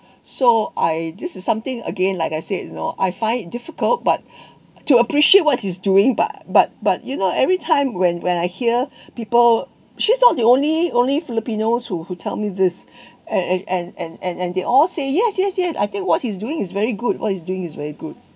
so I this is something again like I said you know I find it difficult but to appreciate what he's doing but but but you know everytime when when I hear people she's not the only only filipinos who who tell me this and and and and and they all say yes yes yes I think what he's doing is very good what he's doing is very good